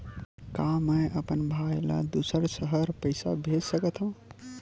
का मैं अपन भाई ल दुसर शहर पईसा भेज सकथव?